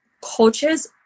coaches